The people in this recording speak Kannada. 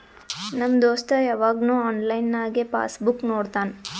ನಮ್ ದೋಸ್ತ ಯವಾಗ್ನು ಆನ್ಲೈನ್ನಾಗೆ ಪಾಸ್ ಬುಕ್ ನೋಡ್ತಾನ